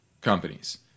companies